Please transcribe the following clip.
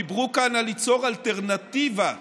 דיברו כאן על ליצור אלטרנטיבה לשב"כ.